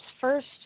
first